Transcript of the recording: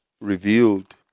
revealed